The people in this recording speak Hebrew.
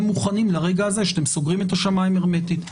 מוכנים לרגע הזה שאתם סוגרים את השמים הרמטית.